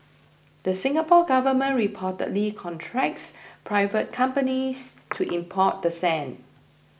the Singapore Government reportedly contracts private companies to import the sand